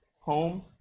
home